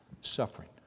Suffering